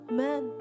man